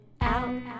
out